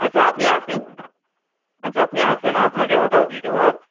আচ্ছা আপনি আসেন আচ্ছা আপনি আসেন আপনাকে ওটাও দিয়ে দেব আর